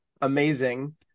amazing